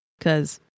cause